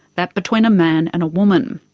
that between a man and a woman.